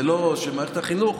זה לא של מערכת החינוך,